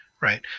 Right